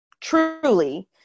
truly